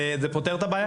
זה פותר את הבעיה?